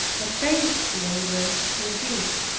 a painful laver indeed,